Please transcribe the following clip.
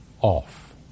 off